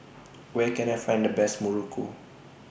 Where Can I Find The Best Muruku